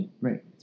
Right